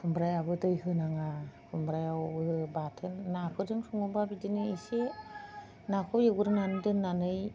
खुमब्रायावबो दै होनाङा खुमब्रायावबो बाथोन नाफोरजों सङोबा बिदिनो एसे नाखौ एवग्रोनानै दोन्नानै